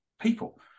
people